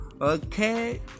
Okay